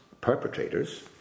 perpetrators